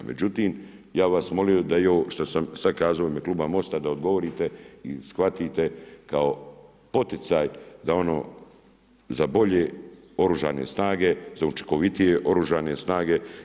Međutim, ja bih vas molio da i ovo što sam sad kazao u ime Kluba MOST-a da odgovorite i shvatite kao poticaj za ono za bolje Oružane snage, za učinkovitije Oružane snage.